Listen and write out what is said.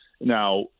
now